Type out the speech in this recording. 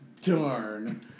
Darn